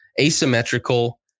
asymmetrical